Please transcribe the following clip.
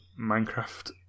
Minecraft